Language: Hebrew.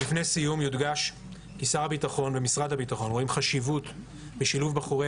לפני סיום יודגש כי שר הביטחון ומשרד הביטחון רואים חשיבות בשלוב בחורי